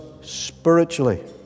spiritually